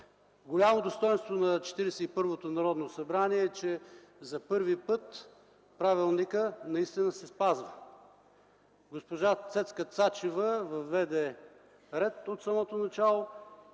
Голямо достойнство на Четиридесет и първото Народно събрание е, че за първи път правилникът наистина се спазва. Госпожа Цецка Цачева въведе ред от самото начало